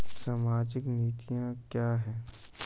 सामाजिक नीतियाँ क्या हैं?